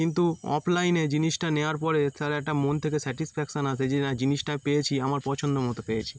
কিন্তু অফলাইনে জিনিসটা নেওয়ার পরে তার একটা মন থেকে স্যাটিসফ্যাকশান আসে যে না জিনিসটা পেয়েছি আমার পছন্দ মতো পেয়েছি